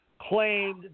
claimed